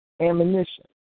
ammunition